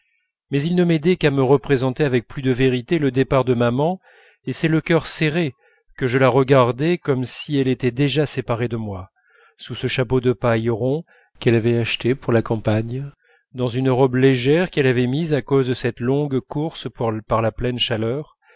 mais ils ne m'aidaient qu'à me représenter avec plus de vérité le départ de maman et c'est le cœur serré que je la regardais comme si elle était déjà séparée de moi sous ce chapeau de paille rond qu'elle avait acheté pour la campagne dans une robe légère qu'elle avait mise à cause de cette longue course par la pleine chaleur